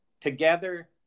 together